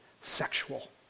sexual